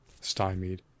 stymied